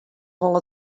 wol